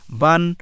ban